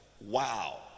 Wow